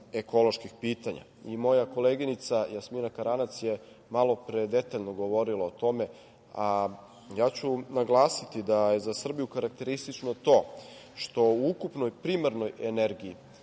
ekoloških pitanja. Moja koleginica Jasmina Karanac je malopre detaljno govorila o tome, a ja ću naglasiti da je za Srbiju karakteristično to što u ukupnoj primarnoj energiji